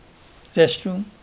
restroom